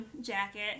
jacket